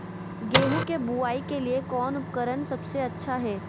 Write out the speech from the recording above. गेहूं के बुआई के लिए कौन उपकरण सबसे अच्छा है?